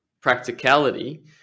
practicality